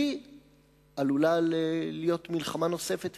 כי עלולה להיות מלחמה נוספת.